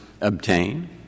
obtain